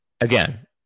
again